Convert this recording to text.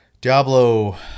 Diablo